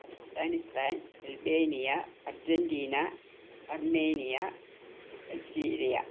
Afghanistan Albania Argentina Armenia Algeria